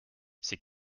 c’est